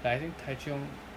like I think tai cheong